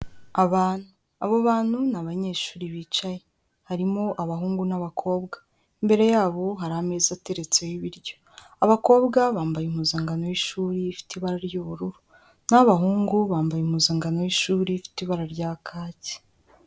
Abantu, abo bantu ni abanyeshuri bicaye. Harimo abahungu n'abakobwa, imbere ya bo hari ameza ateretseho ibiryo, abakobwa bambaye impuzankano y'ishuri ifite ibara ry'ubururu n'abahungu bambaye impuzangano y'ishuri ifite ibara rya kaki.